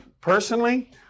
personally